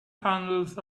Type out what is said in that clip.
handles